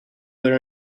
there